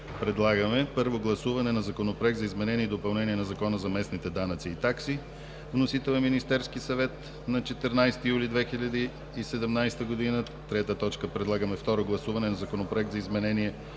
Предлагаме първо гласуване на Законопроект за изменение и допълнение на Закона за местните данъци и такси. Вносител е Министерският съвет на 14 юли 2017 г. Трета точка – предлагаме второ гласуване на Законопроект за изменение